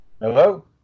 Hello